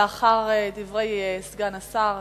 לאחר דברי סגן השר,